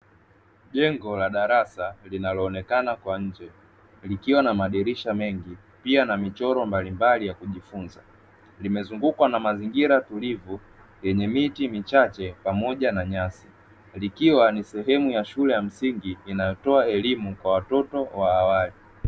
Jengo la darasa linaloonekana kwa nje, likiwa na madirisha mengi, pia na michoro mbalimbali ya kujifunza. Limezungukwa na mazingira tulivu yenye miti michache pamoja na nyasi, likiwa ni sehemu ya shule ya msingi inayotoa elimu kwa watoto wa awali.